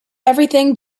everything